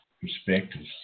perspectives